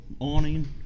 awning